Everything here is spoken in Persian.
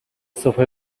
صبح